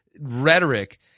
rhetoric